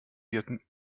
wirken